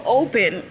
open